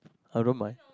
I don't mind